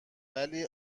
ولی